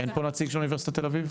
אין פה נציג של אוניברסיטת תל אביב?